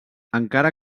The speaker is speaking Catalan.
encara